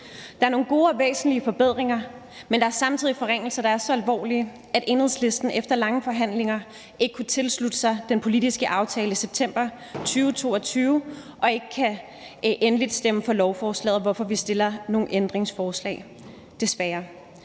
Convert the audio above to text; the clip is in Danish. Der er nogle gode og væsentlige forbedringer, men der er samtidig forringelser, der er så alvorlige, at Enhedslisten efter lange forhandlinger ikke kunne tilslutte sig den politiske aftale i september 2022 og ikke endeligt kan stemme for lovforslaget, hvorfor vi stiller nogle ændringsforslag, desværre.